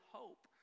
hope